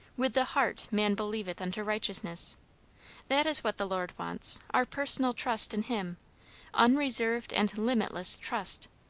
with the heart man believeth unto righteousness that is what the lord wants our personal trust in him unreserved and limitless trust.